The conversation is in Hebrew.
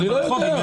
אני לא יודע.